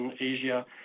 Asia